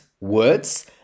words